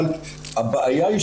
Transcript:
אבל הבעיה היא,